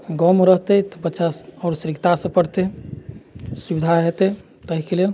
गाँवमे रहतै तऽ बच्चा आओर सटीकतासँ पढ़तै सुविधा हेतै ताहिके लेल